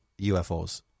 UFOs